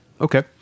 Okay